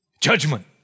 Judgment